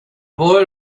boy